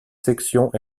sections